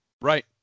Right